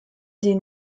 den